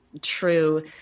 true